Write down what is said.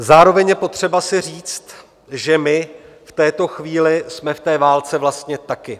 Zároveň je potřeba si říct, že my v této chvíli jsme v té válce vlastně taky.